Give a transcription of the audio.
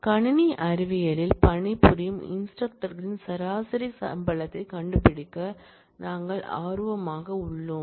கணினி அறிவியலில் பணிபுரியும் இன்ஸ்டிரக்டர்களின் சராசரி சம்பளத்தைக் கண்டுபிடிக்க நாங்கள் ஆர்வமாக உள்ளோம்